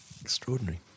Extraordinary